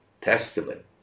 Testament